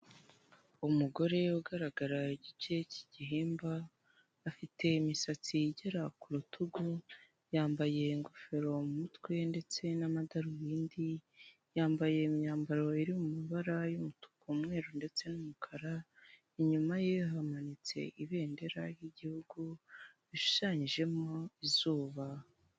Umugore ugaragara igice k'igihimba ufite imisatsi igera ku rutugu, yambaye ingofero mu mutwe ndetse n'amadarubindi, yambaye imyambaro yo mu mabaaa y'umutuku, umweru, ndetse n'umukara, inyuma ye hamanitse ibendera ry'igihugu rishushanyijemo izuba.